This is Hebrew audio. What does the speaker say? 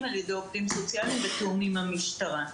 על-ידי עובדים סוציאליים בתיאום עם המשטרה.